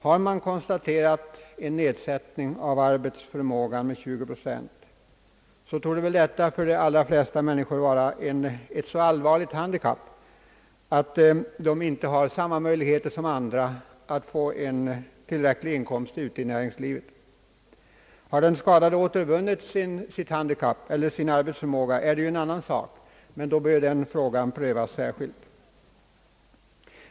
Har man konstaterat en nedsättning av arbetsförmågan med 20 procent torde väl detta för de allra flesta människor vara ett så allvarligt handikapp, att de inte har samma möjlighet som andra att få en tillräcklig inkomst ute i näringslivet. Har den skadade återvunnit sin arbetsförmåga är det en annan sak, men då bör den frågan prövas särskilt.